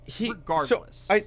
regardless